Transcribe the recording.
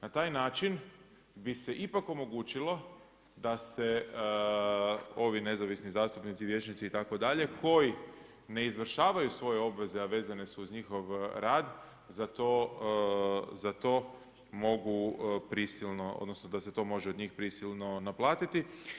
Na taj način bi se ipak omogućilo da se ovi nezavisni zastupnici, vijećnici itd., koji ne izvršavaju svoje obveze a vezane su uz njihov rad za to mogu prisilno, odnosno da se to može od njih prisilno naplatiti.